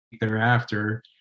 thereafter